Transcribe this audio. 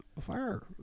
fire